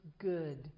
good